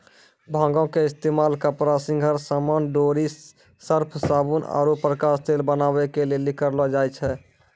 भांगो के इस्तेमाल कपड़ा, श्रृंगार समान, डोरी, सर्फ, साबुन आरु प्रकाश तेल बनाबै के लेली करलो जाय छै